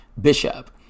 Bishop